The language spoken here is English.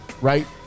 Right